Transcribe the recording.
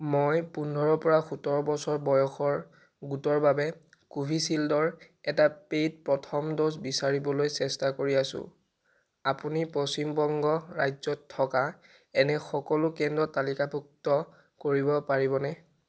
মই পোন্ধৰৰপৰা সোতৰ বছৰ বয়সৰ গোটৰ বাবে কোভিচিল্ডৰ এটা পে'ইড প্ৰথম ড'জ বিচাৰিবলৈ চেষ্টা কৰি আছো আপুনি পশ্চিম বংগ ৰাজ্যত থকা এনে সকলো কেন্দ্ৰ তালিকাভুক্ত কৰিব পাৰিবনে